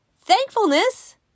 thankfulness